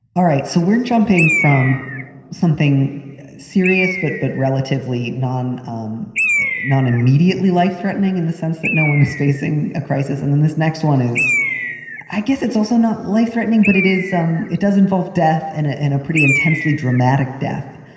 all right. so we're jumping from something serious, but but relatively non, um not immediately life threatening in the sense that no one is facing a crisis. and then this next one is i guess it's also not life threatening, but it is. it does involve death and a and a pretty intensely dramatic death.